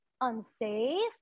unsafe